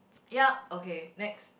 ya okay next